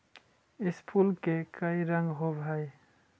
इस फूल के कई रंग होव हई